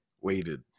waited